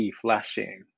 flashing